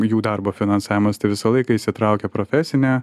jų darbo finansavimas tai visą laiką įsitraukia profesinė